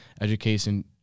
education